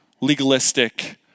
legalistic